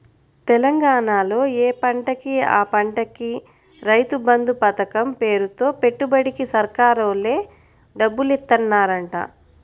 తెలంగాణాలో యే పంటకి ఆ పంటకి రైతు బంధు పతకం పేరుతో పెట్టుబడికి సర్కారోల్లే డబ్బులిత్తన్నారంట